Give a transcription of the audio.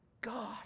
God